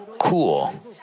cool